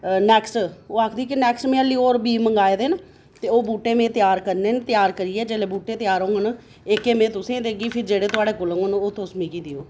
next ओह् आखदी में हाल्ली होर बीऽ मंगाए दे न ओह् बूह्टे में त्यार करने न त्यार करियै जेल्लै बूह्टे त्यार होङन एह्के में तुसेंगी देगी ते जेह्ड़े थुआढ़े कोल होङन ओह् तुस मिगी देओ